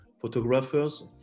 photographers